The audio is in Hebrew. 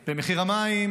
במחיר המים,